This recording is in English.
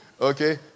Okay